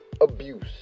abuse